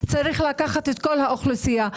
צריך לקחת את כל האוכלוסייה.